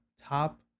top